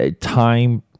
time